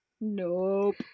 nope